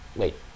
wait